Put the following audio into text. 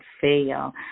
fail